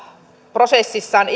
prosessissaan